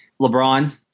LeBron